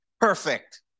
Perfect